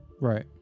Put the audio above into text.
Right